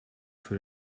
für